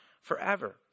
forever